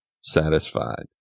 satisfied